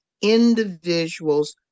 individuals